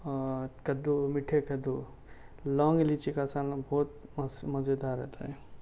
اور کدو میٹھے کدو لونگ الائچی کا سالن بہت مست مزے دار رہتا ہے